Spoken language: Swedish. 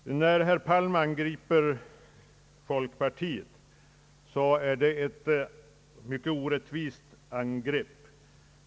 Det angrepp herr Palm riktade mot folkpartiet var ett orättvist angrepp.